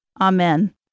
Amen